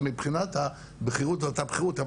מבחינת הבכירות זה אותה בכירות אבל